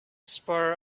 spur